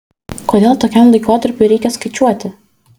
kodėl tokiam laikotarpiui reikia skaičiuoti